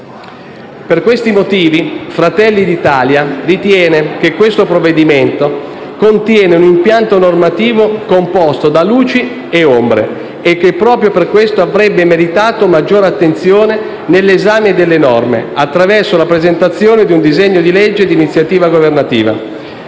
Per questi motivi, Fratelli d'Italia ritiene che questo provvedimento contenga un impianto normativo composto da luci e ombre e che, proprio per questo, avrebbe meritato maggiore attenzione nell'esame delle norme, attraverso la presentazione di un disegno di legge d'iniziativa governativa.